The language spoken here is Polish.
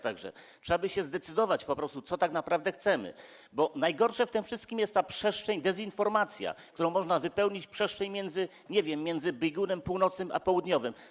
Trzeba by się zdecydować po prostu, czego tak naprawdę chcemy, bo najgorsza w tym wszystkim jest ta przestrzeń, dezinformacja, którą można wypełnić przestrzeń między, nie wiem, biegunem północnym a południowym.